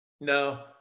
No